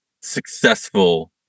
successful